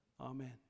Amen